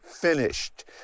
finished